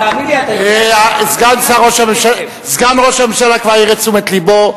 תאמין לי, סגן ראש הממשלה כבר העיר את תשומת לבו.